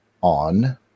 on